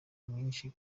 mwinshi